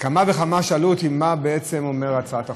כמה וכמה שאלו אותי מה בעצם אומרת הצעת החוק,